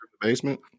basement